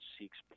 seeks